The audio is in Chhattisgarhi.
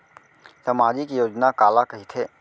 सामाजिक योजना काला कहिथे?